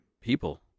people